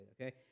okay